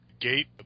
gate